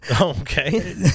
Okay